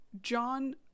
john